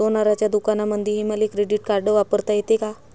सोनाराच्या दुकानामंधीही मले क्रेडिट कार्ड वापरता येते का?